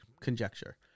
conjecture